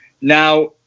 Now